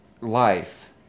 life